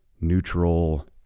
neutral